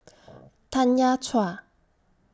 Tanya Chua